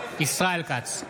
ישראל כץ,